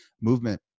movement